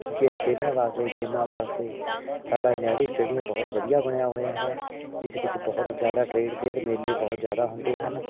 ਗੇ ਖੇਲਣ ਵਾਸਤੇ ਗੇਮਾਂ ਵਾਸਤੇ ਸਾਡਾ ਨਹਿਰੂ ਸਟੇਡੀਅਮ ਬਹੁਤ ਵਧੀਆ ਬਣਿਆ ਹੋਇਆ ਹੈ ਜਿਸ ਵਿੱਚ ਬਹੁਤ ਜ਼ਿਆਦਾ ਟਰੇਡ ਫੇਅਰ ਮੇਲੇ ਬਹੁਤ ਜ਼ਿਆਦਾ ਹੁੰਦੇ ਹਨ